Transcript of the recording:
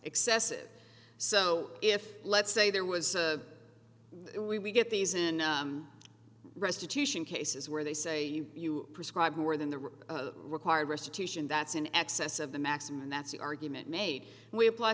excessive so if let's say there was a we we get these in restitution cases where they say you prescribe more than the required restitution that's in excess of the maximum and that's the argument made and we apply